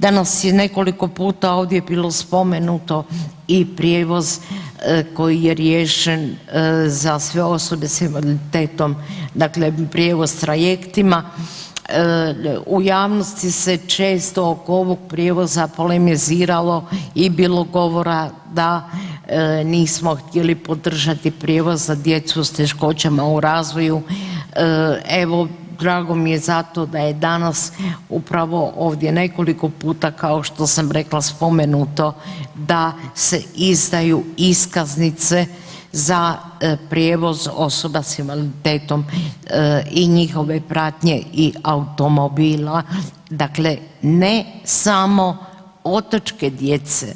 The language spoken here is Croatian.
Danas je nekoliko puta ovdje bilo spomenuto i prijevoz koji je riješen za sve osobe s invaliditetom, dakle prijevoz trajektima, u javnosti se često oko ovog prijevoza polemiziramo i bilo govora da nismo htjeli podržati prijevoz za djecu s teškoćama u razvoju, evo, drago mi je zato da je danas upravo ovdje nekoliko puta, kao što sam rekla, spomenuto da se izdaju iskaznice za prijevoz osoba s invaliditetom i njihove pratnje i automobila, dakle ne samo otočke djece